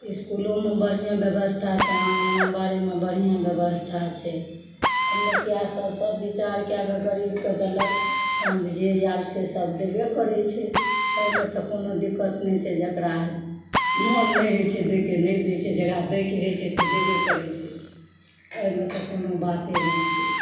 इसकुलोमे बढ़िए व्यवस्था छै आङ्गनोबाड़ीमे बढ़िए व्यवस्था छै मुखिया सब सब विचार कए कऽ गरीबके देलक तहन तऽ जे आयल सब तऽ देबे करै छै एहिमे तऽ कोनो दिक्कत नहि छै जकरा मन नहि होइ छै दै के नहि दै छै जेकरा दै के होइ छै से देबे करै छै एहिमे तऽ कोनो बाते नहि छै